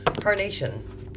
carnation